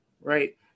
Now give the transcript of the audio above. right